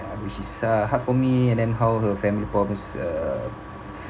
which is uh hard for me and and how her family problems uh